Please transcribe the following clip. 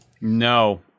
no